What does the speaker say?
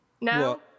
No